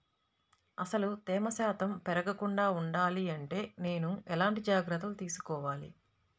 అసలు తేమ శాతం పెరగకుండా వుండాలి అంటే నేను ఎలాంటి జాగ్రత్తలు తీసుకోవాలి?